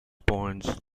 points